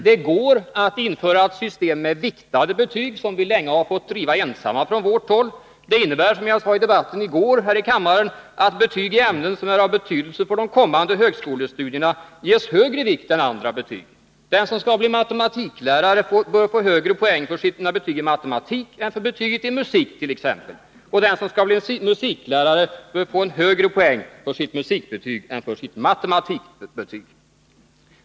Det går att . införa ett system med viktade betyg — ett krav som vi länge har fått driva ensamma. Det innebär, som jag sade i debatten i går här i kammaren, att betyg i ämnen som är av betydelse för de kommande högskolestudierna tillmäts större vikt än andra betyg. Den som skall bli matematiklärare bör få högre poäng för sitt betyg i matematik än för betyget it.ex. musik. Den som skall bli musiklärare bör få högre poäng för sitt musikbetyg än för sitt matematikbetyg.